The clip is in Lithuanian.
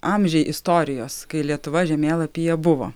amžiai istorijos kai lietuva žemėlapyje buvo